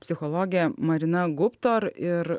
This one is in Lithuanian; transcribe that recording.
psichologė marina gubtor ir